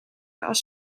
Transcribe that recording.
als